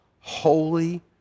holy